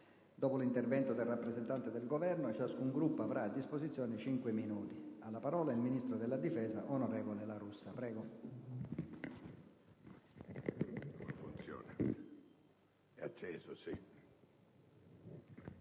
Dopo l'intervento del rappresentante del Governo, ciascun Gruppo avrà a disposizione cinque minuti. Ha facoltà di parlare il ministro della difesa, onorevole La Russa. [LA